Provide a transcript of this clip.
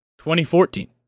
2014